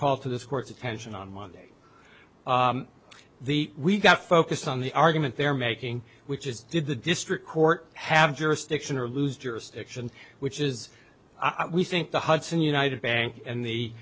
call for this court's attention on monday the we got focused on the argument they're making which is did the district court have jurisdiction or lose jurisdiction which is i we think the hudson united bank and the